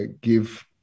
give